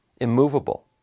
immovable